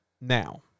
Now